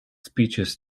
speeches